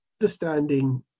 understanding